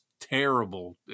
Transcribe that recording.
terrible